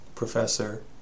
professor